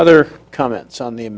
other comments on the